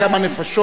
תראה,